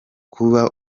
kuba